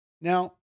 Now